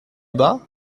bas